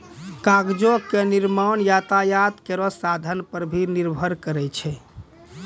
कागजो क निर्माण यातायात केरो साधन पर भी निर्भर करै छै